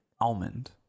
Almond